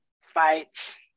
fights